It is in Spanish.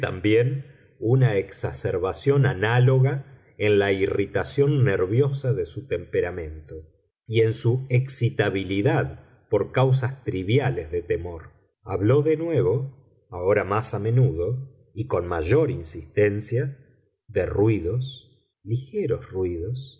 una exacerbación análoga en la irritación nerviosa de su temperamento y en su excitabilidad por causas triviales de temor habló de nuevo ahora más a menudo y con mayor insistencia de ruidos ligeros ruidos